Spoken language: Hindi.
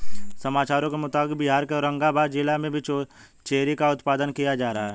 समाचारों के मुताबिक बिहार के औरंगाबाद जिला में भी चेरी का उत्पादन किया जा रहा है